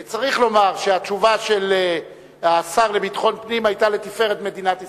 צריך לומר שהתשובה של השר לביטחון פנים היתה לתפארת מדינת ישראל.